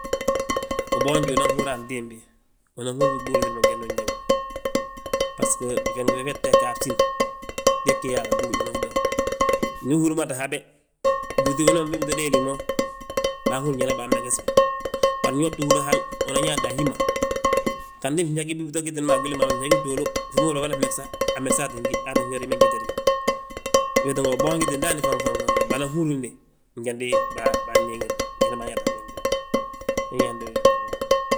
Uboonje unan húri antimbi, unan húri giɓúul gilli jandu uyeeŋ ma. Bbasgo fyeeŋnde fe, fee tteg ga a bsín, fee gge a giɓúul unan fi dooŋ; Ndu uhúrmate habe, blúŧi bito déeli mo, banhúri njali ma baan megesi bi. Bari ndi ho ti húri hal, unan yaata a hí ma, ganti fñege bito gitili mo a gwilin baa ma. Fñegi fduulu, fi ma húri yaa bamada fmegesa, amegsaa ttin giw, aa tti gaade hi ma njetedi wi. Wee tínga wi boonjiti ndaani fanfan. fanfan banan húrinde, njandi bayeeŋinde, jandi baayaata a fyeeŋnde, ñe nyaandi wee gi wentele ma.